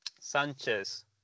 Sanchez